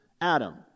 Adam